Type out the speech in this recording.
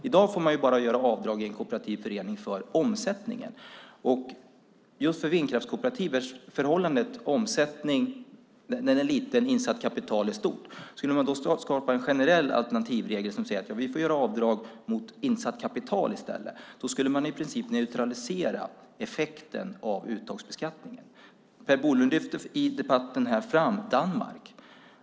I dag får man bara göra avdrag för omsättningen i en kooperativ förening. Just för vindkraftskooperativ är omsättningen liten och det insatta kapitalet stort. Skulle man skapa en generell alternativ regel som säger att man får göra avdrag mot insatt kapital i stället skulle man i princip neutralisera effekten av uttagsbeskattningen. I debatten här lyfte Per Bolund fram Danmark.